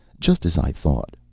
just as i thought.